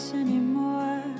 anymore